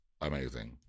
amazing